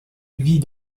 vit